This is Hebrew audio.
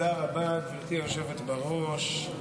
תודה רבה, גברתי היושבת בראש.